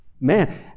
man